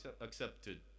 accepted